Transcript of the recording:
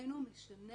משנה